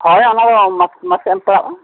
ᱦᱳᱭ ᱚᱱᱟ ᱫᱚ ᱢᱟᱥᱮ ᱢᱟᱥᱮ ᱮᱢ ᱯᱟᱲᱟᱜᱼᱟ